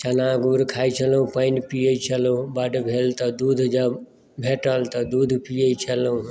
चना गुड़ खाइत छलहुँ पानि पियैत छलहुँ बड भेल तऽ दूध जब भेटल तऽ दूध पियैत छलहुँ हेँ